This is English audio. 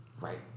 Right